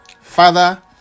Father